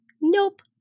Nope